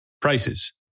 prices